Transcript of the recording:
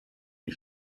die